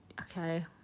okay